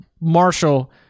Marshall